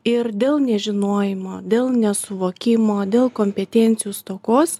ir dėl nežinojimo dėl nesuvokimo dėl kompetencijų stokos